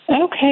okay